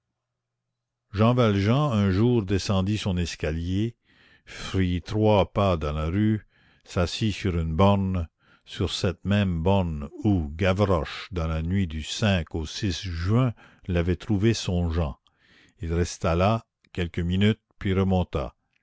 jean valjean un jour descendit son escalier fit trois pas dans la rue s'assit sur une borne sur cette même borne où gavroche dans la nuit du au juin l'avait trouvé songeant il resta là quelques minutes puis remonta